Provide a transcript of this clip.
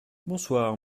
bonsoir